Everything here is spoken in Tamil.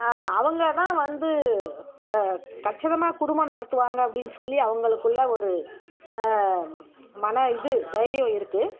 அவங்க தான் வந்து கச்சிதமாக குடும்பம் நடத்துவாங்க அப்படின்னு சொல்லி அவங்களுக்குள்ளே ஒரு மன இது தைரியம் இருக்குது